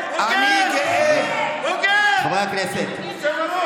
אני גאה, חברי הכנסת,